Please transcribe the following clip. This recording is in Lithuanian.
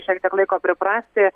šiek tiek laiko priprasti